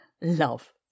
love